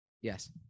Yes